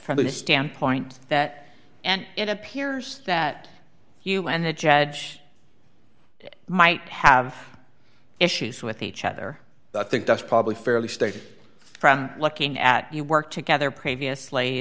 from the standpoint that and it appears that you and the judge might have issues with each other i think that's probably fairly started from looking at you work together previously